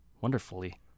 Wonderfully